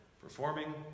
performing